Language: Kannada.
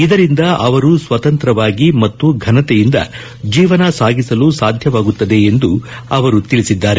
ಇದರಿಂದ ಅವರು ಸ್ವತಂತ್ರವಾಗಿ ಮತ್ತು ಘನತೆಯಿಂದ ಜೀವನ ಸಾಗಿಸಲು ಸಾಧ್ಯವಾಗುತ್ತದೆ ಎಂದು ಅವರು ತಿಳಿಸಿದ್ದಾರೆ